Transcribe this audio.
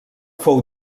fou